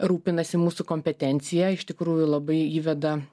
rūpinasi mūsų kompetencija iš tikrųjų labai įveda